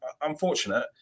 unfortunate